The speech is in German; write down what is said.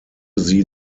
sie